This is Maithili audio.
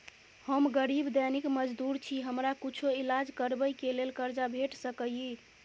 हम गरीब दैनिक मजदूर छी, हमरा कुछो ईलाज करबै के लेल कर्जा भेट सकै इ?